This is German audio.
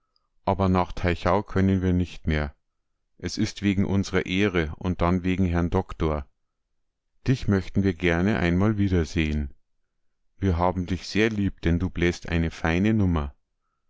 aber nach teichau können wir nicht mehr es ist wegen unsrer ehre und dann wegen herrn doktor dich möchten wir gern einmal wiedersehen wir haben dich sehr lieb denn du bläst eine feine nummer